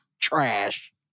trash